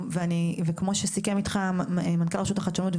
כמו שסיכם איתך המנכ"ל לרשות וחדשנות,